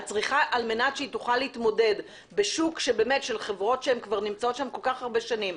כדי שהיא תוכל להתמודד בשוק של חברות שנמצאות שם כל כך הרבה שנים,